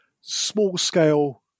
small-scale